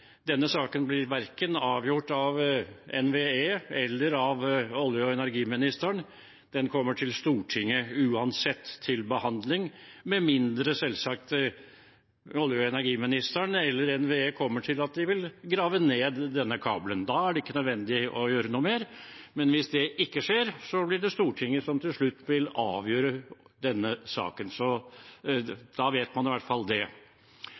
denne saken verken blir avgjort av NVE eller av olje- og energiministeren. Den kommer til behandling i Stortinget uansett, selvsagt med mindre olje- og energiministeren eller NVE kommer til at de vil grave ned denne kabelen. Da er det ikke nødvendig å gjøre noe mer, men hvis det ikke skjer, blir det Stortinget som til slutt vil avgjøre denne saken. Så da vet man i hvert fall det.